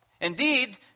Indeed